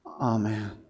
Amen